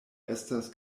estas